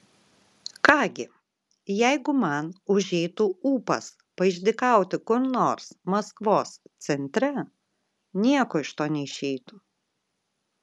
ką gi jeigu man užeitų ūpas paišdykauti kur nors maskvos centre nieko iš to neišeitų